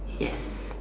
yes